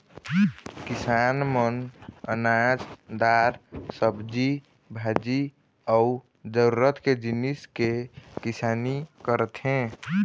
किसान मन अनाज, दार, सब्जी भाजी अउ जरूरत के जिनिस के किसानी करथे